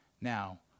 Now